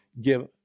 give